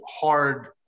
hard